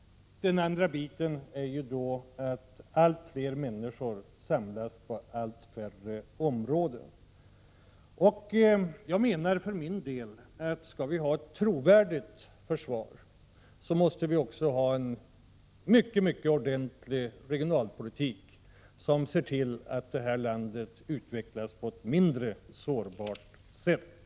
Dessutom samlas allt fler människor på allt färre områden. Jag anser att om vi skall ha ett trovärdigt försvar måste vi ha en mycket ordentlig regionalpolitik som leder till att detta land utvecklas på ett mindre sårbart sätt.